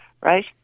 Right